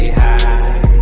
high